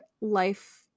life